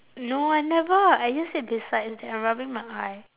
no I never I just said besides and I'm rubbing my eye